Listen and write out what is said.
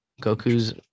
goku's